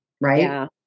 Right